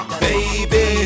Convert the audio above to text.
baby